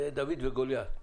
זה דוד וגוליית.